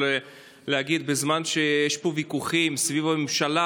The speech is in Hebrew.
להגיד שבזמן שיש פה ויכוחים סביב הממשלה,